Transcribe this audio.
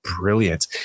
brilliant